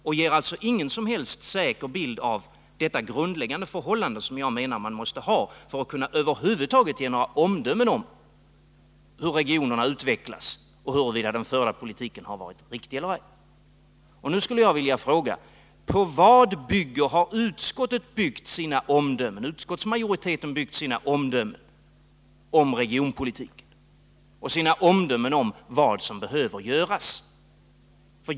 De ger alltså ingen som helst tillförlitlig bild av detta grundläggande förhållande — en bild som jag menar måste finnas för att man över huvud taget skall kunna fälla några omdömen om hur regionerna utvecklas och om huruvida den förda politiken har varit riktig eller ej. Jag skulle vilja fråga: På vad bygger utskottsmajoriteten sina omdömen om regionalpolitiken och om vad som behöver göras?